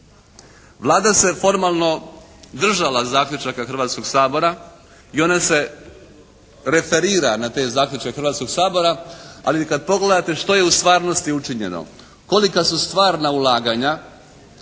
Vlada se formalno držala zaključaka Hrvatskog sabora i ona se referira na taj zaključak Hrvatskog sabora, ali kad pogledate što je u stvarnosti učinjeno, kolika su stvarna ulaganja,